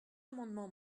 amendement